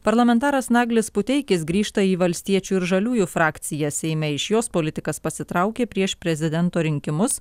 parlamentaras naglis puteikis grįžta į valstiečių ir žaliųjų frakciją seime iš jos politikas pasitraukė prieš prezidento rinkimus